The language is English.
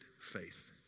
faith